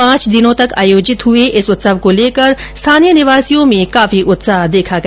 पांच दिनों तक आयोजित हुए इस उत्सव को लेकर स्थानीय निवासियों में काफी उत्साह देखा गया